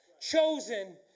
chosen